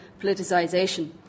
politicisation